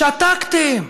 שתקתם.